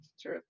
True